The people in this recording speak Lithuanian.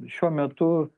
šiuo metu